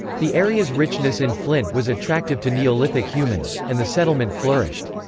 the area's richness in flint was attractive to neolithic humans, and the settlement flourished.